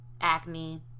Acne